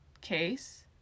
Case